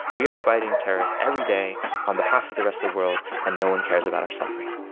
we are fighting terrorists every day on behalf of the rest of the world, and no one cares about our suffering